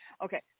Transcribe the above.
Okay